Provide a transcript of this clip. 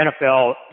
NFL